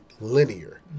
linear